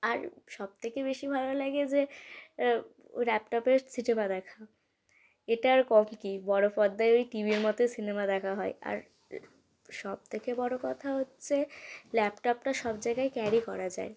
আর সব থেকে বেশি ভালো লাগে যে ওই ল্যাপটপে সিনেমা দেখা এটা আর কম কি বড়ো পর্দায় ওই টি ভির মতই সিনেমা দেখা হয় আর সব থেকে বড়ো কথা হচ্ছে ল্যাপটপটা সব জায়গায় ক্যারি করা যায়